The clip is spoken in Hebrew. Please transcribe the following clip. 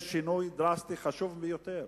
יש שינוי דרסטי חשוב ביותר